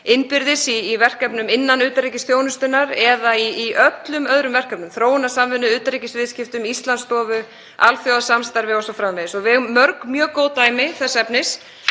innbyrðis í verkefnum innan utanríkisþjónustunnar eða í öllum öðrum verkefnum; þróunarsamvinnu, utanríkisviðskiptum, Íslandsstofu, alþjóðasamstarfi o.s.frv. Við eigum mörg mjög góð dæmi þess efnis